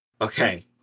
Okay